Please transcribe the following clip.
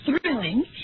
thrilling